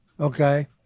okay